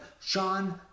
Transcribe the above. Sean